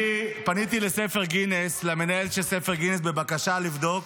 אני פניתי למנהל של ספר גינס בבקשה לבדוק